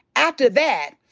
after that,